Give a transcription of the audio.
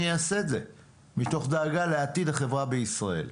אני אעשה את זה מתוך דאגה לעתיד החברה בישראל.